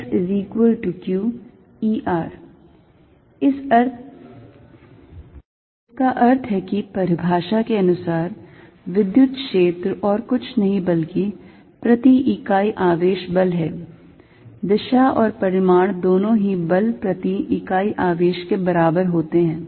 FqE इसका अर्थ है कि परिभाषा के अनुसार विद्युत क्षेत्र और कुछ नहीं बल्कि प्रति इकाई आवेश बल है दिशा और परिमाण दोनों ही बल प्रति इकाई आवेश के बराबर होते हैं